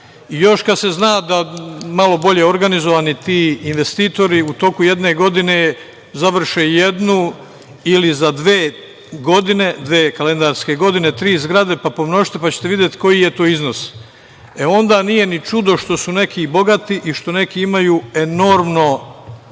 Još kada se zna da malo bolje organizovani ti investitori u toku jedne godine završe jednu ili za dve kalendarske godine tri zgrade, pa pomnožite, pa ćete videti koji je to iznos. Onda nije ni čudo što su neki bogati i što neki imaju enormno velike